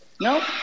No